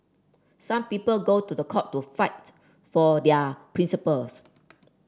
some people go to the court to fight for their principles